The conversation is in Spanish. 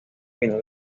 final